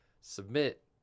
submit